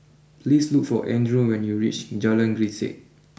please look for Andrew when you reach Jalan Grisek